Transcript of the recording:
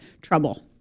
trouble